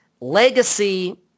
Legacy